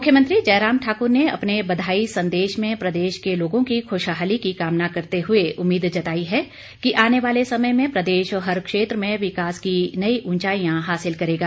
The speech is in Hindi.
मुख्यमंत्री जयराम ठाक्र ने अपने बधाई संदेश में प्रदेश के लोगों की खुशहाली की कामना करते हुए उम्मीद जताई है कि आने वाले समय में प्रदेश हर क्षेत्र में विकास की नई ऊंचाईयां हासिल करेगा